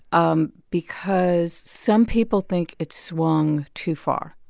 um because some people think it's swung too far.